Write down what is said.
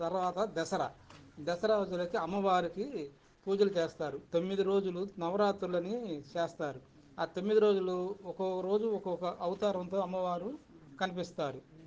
తర్వాత దసరా దసరా రోజులకి అమ్మవారికి పూజలు చేస్తారు తొమ్మిది రోజులు నవరాత్రులని చేస్తారు ఆ తొమ్మిది రోజులు ఒక్కొక్క రోజు ఒక్కొక్క అవతారంతో అమ్మవారు కనిపిస్తారు